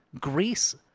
Greece